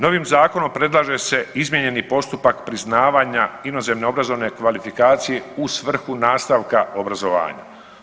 Novim zakonom predlaže se izmijenjeni postupak priznavanja inozemne obrazovne kvalifikacije u svrhu nastavka obrazovanja.